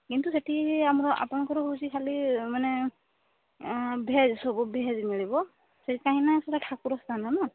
କିନ୍ତୁ ସେଠି ଆମର ଆପଣଙ୍କର ହେଉଛି ଖାଲି ମାନେ ଭେଜ୍ ସବୁ ଭେଜ୍ ମିଳିବ ସେ କାହିଁକିନା ସେଟା ଠାକୁର ସ୍ଥାନ ନା